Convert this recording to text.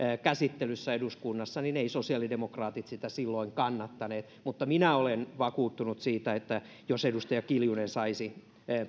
käsittelyssä eduskunnassa niin eivät sosiaalidemokraatit sitä silloin kannattaneet mutta minä olen vakuuttunut siitä että jos edustaja kiljunen saisi